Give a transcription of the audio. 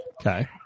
Okay